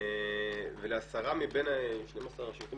לעשרה מבין 12 השירותים